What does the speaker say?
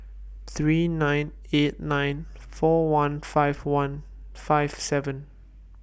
three nine eight nine four one five one five seven